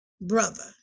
brother